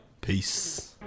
Peace